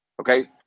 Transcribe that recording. Okay